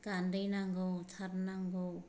गान्दै नांगौ थार नांगौ